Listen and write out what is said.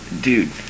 dude